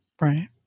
Right